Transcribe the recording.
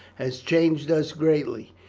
has changed us greatly.